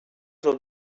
del